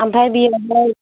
आमफाय बेनिफ्राय